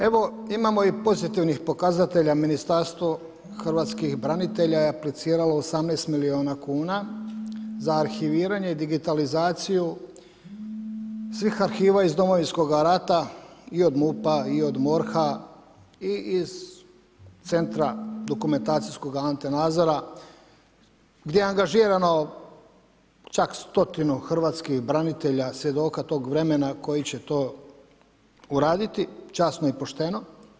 Evo, imamo i pozitivnih pokazatelja, Ministarstvo hrvatskih branitelja je apliciralo 18 milijuna kuna, za arhiviranje i digitalizaciju svih arhiva iz Domovinskoga rata i od MUP-a i od MORH-a i iz centra dokumentacijskoga Ante Nazora gdje je angažirano čak 100 hrvatskih branitelja, svjedoka tog vremena koji će to uraditi časno i pošteno.